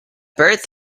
birth